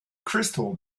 crystal